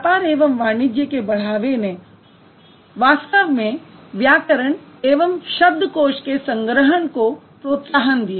व्यापार एवं वाणिज्य के बढ़ावे ने वास्तव में व्याकरण एवं शब्दकोश के संग्रहण को प्रोत्साहन दिया